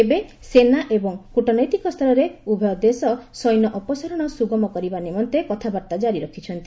ଏବେ ସେନା ଏବଂ କୃଟନୈତିକ ସ୍ତରରେ ଉଭୟ ଦେଶ ସୈନ୍ୟ ଅପସାରଣ ସୁଗମ କରିବା ନିମନ୍ତେ କଥାବାର୍ତ୍ତା ଜାରି ରଖିଛନ୍ତି